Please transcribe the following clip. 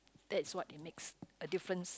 that's what it makes a difference